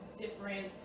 different